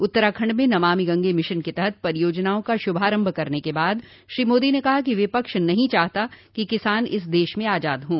उत्तराखंड में नमामि गंगे मिशन के तहत परियोजनाओं का शुभारभ करने के बाद श्री मोदी ने कहा कि विपक्ष नहीं चाहता कि किसान इस देश म आजाद हों